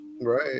Right